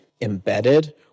embedded